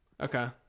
Okay